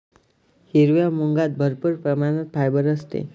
हिरव्या मुगात भरपूर प्रमाणात फायबर असते